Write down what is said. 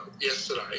yesterday